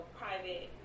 private